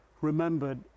remembered